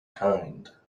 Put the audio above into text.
kind